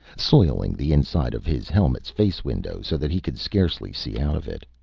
soiling the inside of his helmet's face-window so that he could scarcely see out of it?